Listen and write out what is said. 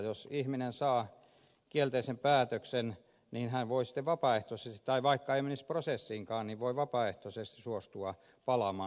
jos ihminen saa kielteisen päätöksen niin vaikka ei menisi prosessiinkaan hän voi vapaaehtoisesti suostua palaamaan